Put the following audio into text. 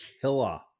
killer